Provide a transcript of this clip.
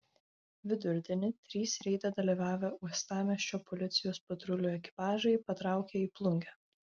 vidurdienį trys reide dalyvavę uostamiesčio policijos patrulių ekipažai patraukė į plungę